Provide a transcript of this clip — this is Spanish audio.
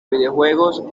videojuegos